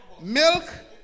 Milk